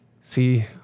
See